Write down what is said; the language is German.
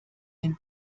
den